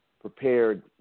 prepared